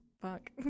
fuck